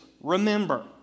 Remember